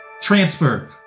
transfer